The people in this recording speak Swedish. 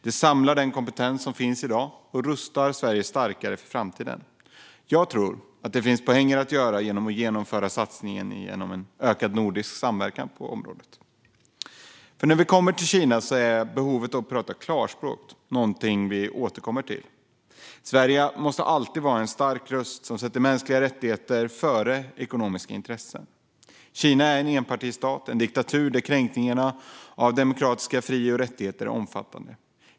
Det samlar den kompetens som finns i dag och rustar Sverige starkare för framtiden. Jag tror att det finns en poäng med att genomföra satsningen genom en ökad nordisk samverkan på området. När det gäller Kina är behovet av att tala klarspråk något som återkommer. Sverige måste alltid vara en stark röst som sätter mänskliga rättigheter före ekonomiska intressen. Kina är en enpartistat, en diktatur där kränkningarna av demokratiska fri och rättigheter är omfattande.